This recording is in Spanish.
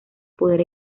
poder